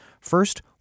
First